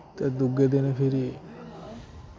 ते दूए दिन फिरी